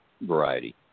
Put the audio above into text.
variety